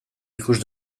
ikus